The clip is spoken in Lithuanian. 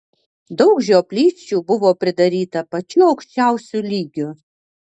daug žioplysčių buvo pridaryta pačiu aukščiausiu lygiu